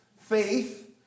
faith